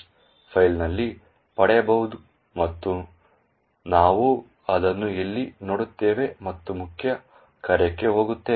diss ಫೈಲ್ನಲ್ಲಿ ಪಡೆಯಬಹುದು ಮತ್ತು ನಾವು ಅದನ್ನು ಇಲ್ಲಿ ನೋಡುತ್ತೇವೆ ಮತ್ತು ಮುಖ್ಯ ಕಾರ್ಯಕ್ಕೆ ಹೋಗುತ್ತೇವೆ